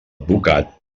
advocat